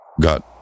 got